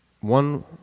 One